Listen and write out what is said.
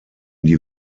die